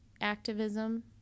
activism